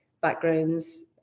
backgrounds